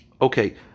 Okay